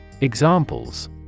Examples